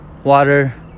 Water